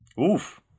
Oof